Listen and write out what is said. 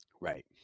Right